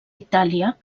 itàlia